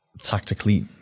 tactically